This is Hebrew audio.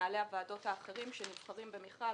מנהלי הוועדות האחרים שנבחרים במכרז,